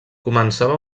començava